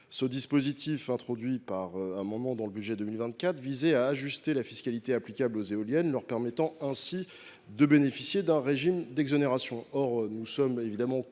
Ce dispositif, introduit par amendement dans le projet de loi de finances pour 2024, visait à ajuster la fiscalité applicable aux éoliennes, leur permettant ainsi de bénéficier d’un régime d’exonération. Nous sommes évidemment